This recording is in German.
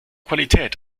qualität